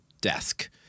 desk